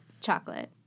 Chocolate